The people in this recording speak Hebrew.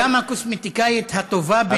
גם הקוסמטיקאית הטובה ביותר,